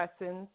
lessons